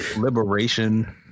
Liberation